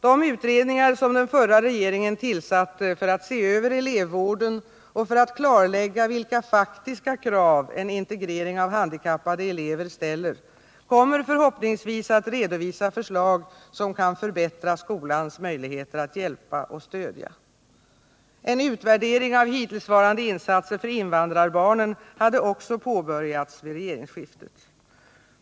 De utredningar som den förra regeringen tillsatte för att se över elevvården och för att klarlägga vilka faktiska krav en integrering av handikappade elever ställer kommer förhoppningsvis att redovisa förslag som kan förbättra skolans möjligheter att hjälpa och stödja. En utvärdering av hittillsvarande insatser för invandrarbarnen hade också påbörjats vid regeringsskiftet.